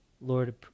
Lord